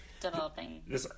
developing